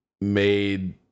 Made